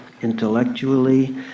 Intellectually